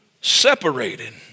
separated